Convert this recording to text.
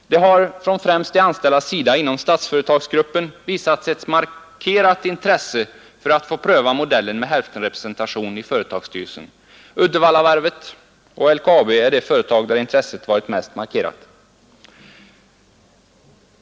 Det har från främst de anställdas sida inom Statsföretagsgruppen visats ett markerat intresse för att få pröva modellen med hälftenrepresentation i företagsstyrelsen. Uddevallavarvet och LKAB är de företag där intresset varit mest markerat.